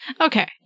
okay